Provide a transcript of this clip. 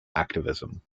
activism